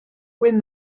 when